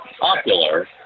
popular